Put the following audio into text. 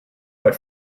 but